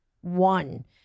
One